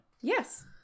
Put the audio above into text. Yes